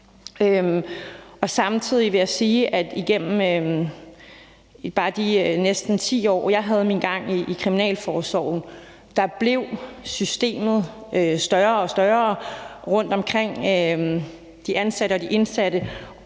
Samtidig vil jeg sige, at gennem bare de næsten 10 år, jeg havde min gang i kriminalforsorgen, blev systemet større og større rundtomkring de ansatte og de indsatte.